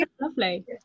lovely